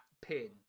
pin